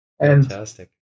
Fantastic